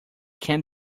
can